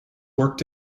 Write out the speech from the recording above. worked